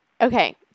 okay